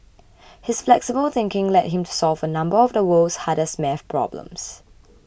his flexible thinking led him to solve a number of the world's hardest math problems